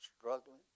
struggling